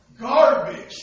garbage